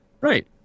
right